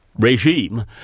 regime